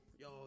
yo